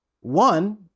one